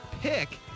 pick